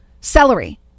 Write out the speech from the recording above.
Celery